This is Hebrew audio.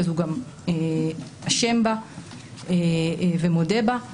הוא גם אשם בה ומודה בה,